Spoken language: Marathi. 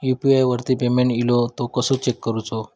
यू.पी.आय वरती पेमेंट इलो तो कसो चेक करुचो?